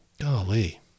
Golly